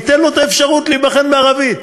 ניתן לו אפשרות להיבחן בערבית.